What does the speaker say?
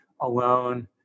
alone